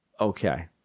okay